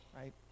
right